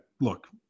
look